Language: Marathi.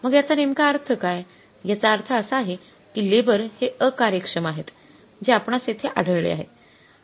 मग याचा नेमका अर्थ काय याचा अर्थ असा आहे की लेबर हे अकार्यक्षम आहेत जे आपणास येथे आढळले आहे